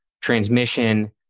Transmission